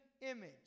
image